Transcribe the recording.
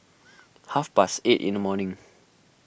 half past eight in the morning